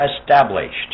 established